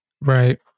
Right